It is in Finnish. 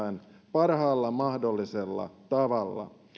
parhaalla mahdollisella tavalla